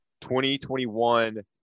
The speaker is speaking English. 2021